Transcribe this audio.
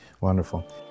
wonderful